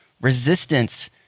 Resistance